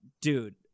Dude